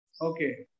okay